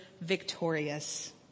victorious